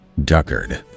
Duckard